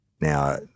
Now